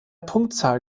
punktzahl